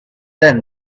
there